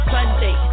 Sunday